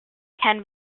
can